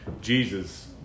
Jesus